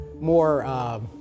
more